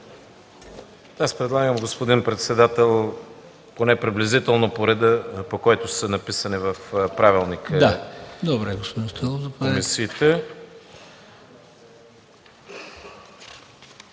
Предлагам, господин председател, поне приблизително по реда, по който са написани в Правилника за